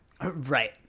Right